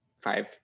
five